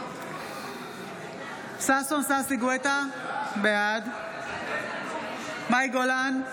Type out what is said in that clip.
בעד ששון ששי גואטה, בעד מאי גולן,